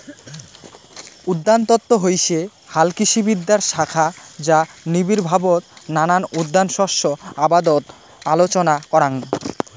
উদ্যানতত্ত্ব হসে হালকৃষিবিদ্যার শাখা যা নিবিড়ভাবত নানান উদ্যান শস্য আবাদত আলোচনা করাং